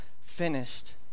finished